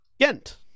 Gent